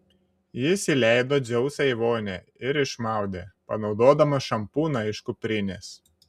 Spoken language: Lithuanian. jis įleido dzeusą į vonią ir išmaudė panaudodamas šampūną iš kuprinės